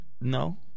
No